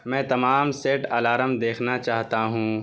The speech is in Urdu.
میں تمام سیٹ الارم دیکھنا چاہتا ہوں